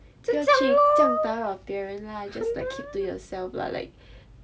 不要去这样打扰别人 right just like keep to yourself ah like